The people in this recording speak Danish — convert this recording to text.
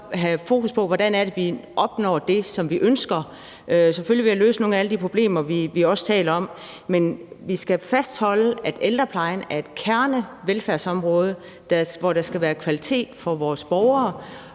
så have fokus på, hvordan vi opnår det, som vi ønsker. Det gør vi selvfølgelig ved at løse nogle af alle de problemer, vi taler om, men vi skal holde fast i, at ældreplejen er et kernevelfærdsområde, hvor der skal være kvalitet for vores borgere.